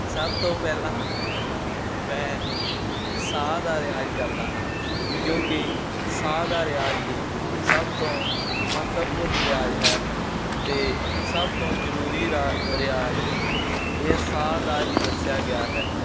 ਸਭ ਤੋਂ ਪਹਿਲਾਂ ਮੈਂ ਸਾਹ ਦਾ ਰਿਆਜ਼ ਕਰਦਾ ਹਾਂ ਕਿਉਂਕਿ ਸਾਹ ਦਾ ਰਿਆਜ਼ ਹੀ ਸਭ ਤੋਂ ਮਹੱਤਵਪੂਰਨ ਰਿਆਜ਼ ਹੈ ਅਤੇ ਸਭ ਤੋਂ ਜ਼ਰੂਰੀ ਰਾ ਰਿਆਜ਼ ਇਹ ਸਾਹ ਦਾ ਹੀ ਦੱਸਿਆ ਗਿਆ ਹੈ